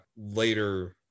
later